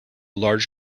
large